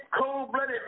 cold-blooded